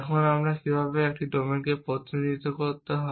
এখন আমরা কীভাবে একটি ডোমেনকে প্রতিনিধিত্ব করতে হয়